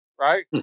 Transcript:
right